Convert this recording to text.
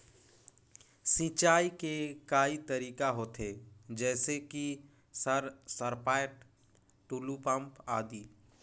सिंचाई के कई तरीका होथे? जैसे कि सर सरपैट, टुलु पंप, आदि?